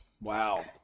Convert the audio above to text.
Wow